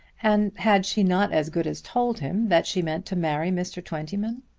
and had she not as good as told him that she meant to marry mr. twentyman?